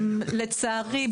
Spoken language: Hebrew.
לצערי,